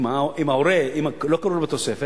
אם הוא לא כלול בתוספת,